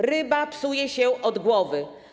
Ryba psuje się od głowy.